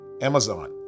Amazon